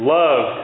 love